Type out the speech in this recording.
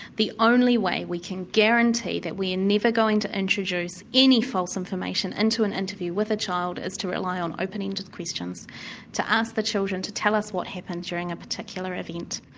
the only way we can guarantee that we are and never going to introduce any false information into an interview with a child is to rely on opening to the questions to ask the children to tell us what happened during a particular event.